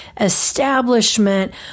establishment